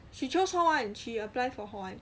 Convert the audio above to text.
she chose hall one she apply for hall one